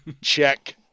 Check